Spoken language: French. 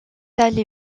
allé